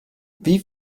wie